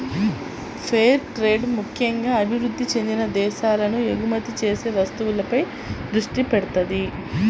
fair trade ముక్కెంగా అభివృద్ధి చెందిన దేశాలకు ఎగుమతి చేసే వస్తువులపై దృష్టి పెడతది